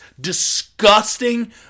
disgusting